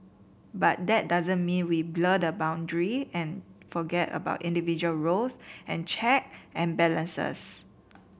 but that doesn't mean we blur the boundary and forget about individual roles and check and balances